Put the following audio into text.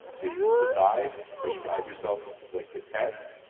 to decide, prescribe yourself like the test.